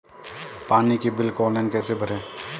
पानी के बिल को ऑनलाइन कैसे भरें?